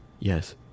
Yes